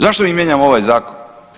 Zašto mi mijenjamo ovaj zakon?